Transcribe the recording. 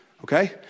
Okay